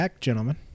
Gentlemen